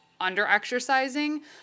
under-exercising